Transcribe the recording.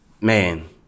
Man